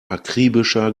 akribischer